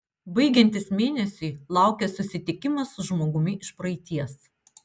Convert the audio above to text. baigiantis mėnesiui laukia susitikimas su žmogumi iš praeities